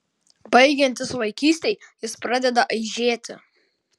baigiantis vaikystei jis pradeda aižėti